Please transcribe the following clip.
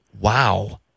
Wow